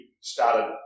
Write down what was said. started